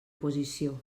posició